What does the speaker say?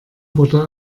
wurde